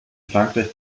frankreich